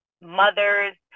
mothers